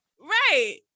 right